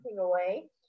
away